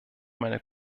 meiner